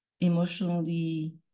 emotionally